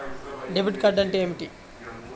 Debit card అంటే ఏమిటి?